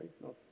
right